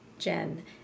Jen